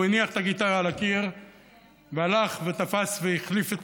הוא הניח את הגיטרה על הקיר והלך ותפס והחליף את